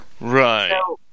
right